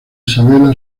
isabella